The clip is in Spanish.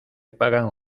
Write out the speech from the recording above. pagan